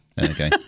Okay